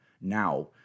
now